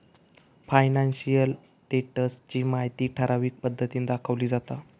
financial status ची माहिती ठराविक पद्धतीन दाखवली जाता